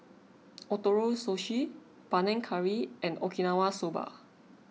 Ootoro Sushi Panang Curry and Okinawa Soba